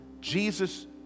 Jesus